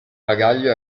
bagaglio